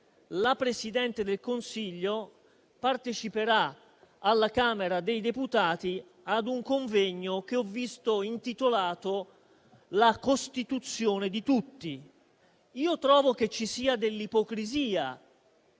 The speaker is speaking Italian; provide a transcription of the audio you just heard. la Presidente del Consiglio parteciperà alla Camera dei deputati ad un convegno intitolato «La Costituzione di tutti». Io trovo che ci sia dell'ipocrisia